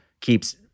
keeps